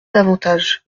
d’avantages